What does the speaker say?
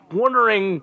wondering